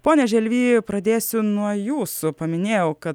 pone želvy pradėsiu nuo jūsų paminėjau kad